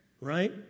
right